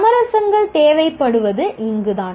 சமரசங்கள் தேவைப்படுவது இங்குதான்